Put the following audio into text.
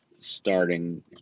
Starting